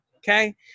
Okay